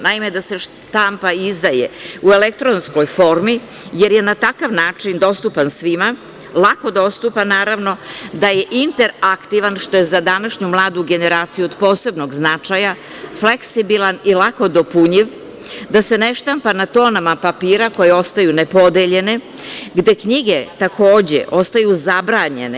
Naime, da se štampa i izdaje u elektronskoj formi, jer je na takav način dostupan svima, lako dostupan, naravno, da je interaktivan, što je za današnju mladu generaciju od posebnog značaja, fleksibilan i lako dopunjiv, da se ne štampa na tonama papira koje ostaju nepodeljene, gde knjige ostaju zabranjene.